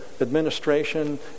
administration